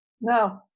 No